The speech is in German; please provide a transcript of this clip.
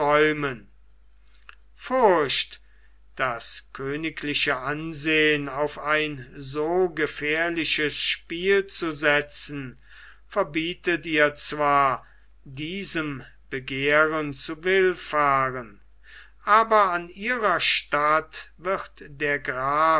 furcht das königliche ansehen auf ein so gefährliches spiel zu setzen verbietet ihr zwar diesem begehren zu willfahren aber an ihrer statt wird der graf